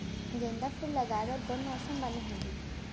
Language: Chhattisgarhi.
गेंदा फूल लगाए बर कोन मौसम बने होही?